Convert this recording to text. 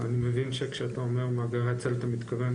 אני מבין שכשאתה אומר "מאגרי צל" אתה מתכוון